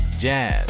jazz